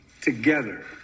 Together